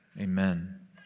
Amen